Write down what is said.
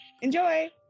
Enjoy